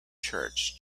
church